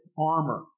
armor